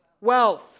wealth